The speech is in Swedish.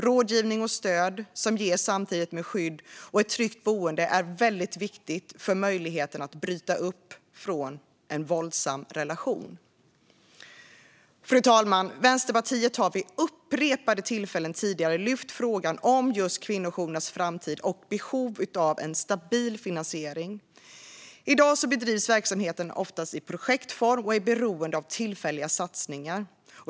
Rådgivning och stöd som ges samtidigt med skydd och ett tryggt boende är väldigt viktigt för möjligheten att bryta upp från en våldsam relation. Fru talman! Vänsterpartiet har vid upprepade tillfällen tidigare lyft upp frågan om kvinnojourernas framtid och behov av en stabil finansiering. I dag drivs verksamheten oftast i projektform och är beroende av tillfälliga satsningar.